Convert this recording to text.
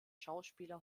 schauspieler